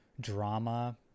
drama